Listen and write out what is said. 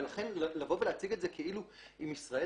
ולכן לבוא ולהציג את זה כאילו אם ישראל